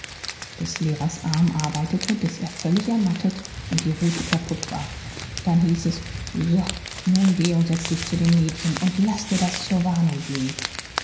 des lehrers arm arbeitete bis er völlig ermattet und die rute kaput war dann hieß es so nun geh und setz dich zu den mädchen und laß dir das zur warnung dienen